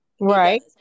Right